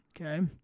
Okay